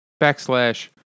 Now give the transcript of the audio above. backslash